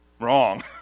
Wrong